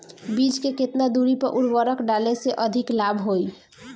बीज के केतना दूरी पर उर्वरक डाले से अधिक लाभ होई?